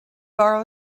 borrow